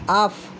off